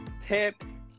tips